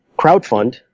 crowdfund